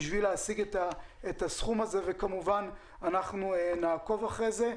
וכמובן נעקוב אחרי זה.